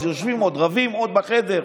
אז יושבים עוד, רבים עוד בחדר,